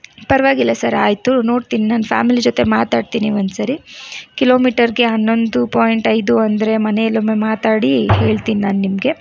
ಪರವಾಗಿಲ್ಲ ಸರ್ ಆಯಿತು ನೋಡ್ತಿನಿ ನಾನು ಫ್ಯಾಮಿಲಿ ಜೊತೆ ಮಾತಾಡ್ತೀನಿ ಒಂದುಸರಿ ಕಿಲೋಮೀಟರಿಗೆ ಹನ್ನೊಂದು ಪಾಯಿಂಟ್ ಐದು ಅಂದರೆ ಮನೆಯಲ್ಲೊಮ್ಮೆ ಮಾತಾಡಿ ಹೇಳ್ತಿನಿ ನಾನು ನಿಮಗೆ